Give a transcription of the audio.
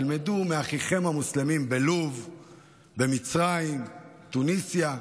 תלמדו מאחיכם המוסלמים בלוב, במצרים, בתוניסיה,